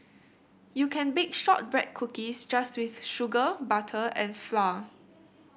you can bake shortbread cookies just with sugar butter and flour